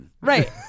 Right